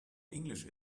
english